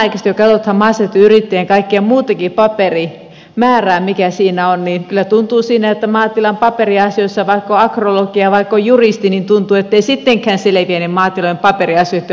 samanaikaisesti kun katsotaan maaseutuyrittäjien kaikkea muutakin paperimäärää mikä siinä on niin kyllä tuntuu siltä että maatilan paperiasioissa vaikka on agrologi ja vaikka on juristi ei sittenkään selviä niitten hoitamisesta